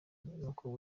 n’uko